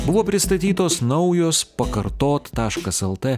buvo pristatytos naujos pakartot taškas lt